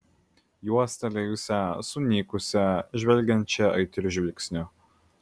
juostelėjusią sunykusią žvelgiančią aitriu žvilgsniu